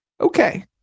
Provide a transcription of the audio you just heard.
Okay